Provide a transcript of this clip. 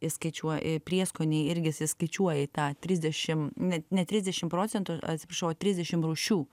įskaičiuoj prieskoniai irgi įsiskaičiuoja į tą trisdešim net ne trisdešim procentų atsiprašau o trisdešim rūšių